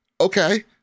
Okay